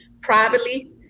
privately